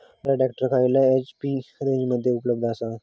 Mahindra tractor खयल्या HP रेंजमध्ये उपलब्ध आसा?